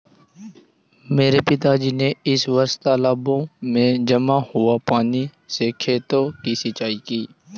मेरे पिताजी ने इस वर्ष तालाबों में जमा हुए पानी से खेतों की सिंचाई की